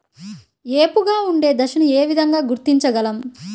ఏపుగా ఉండే దశను ఏ విధంగా గుర్తించగలం?